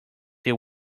they